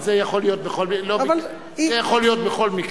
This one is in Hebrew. זה יכול להיות בכל מקרה.